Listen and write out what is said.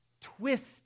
twist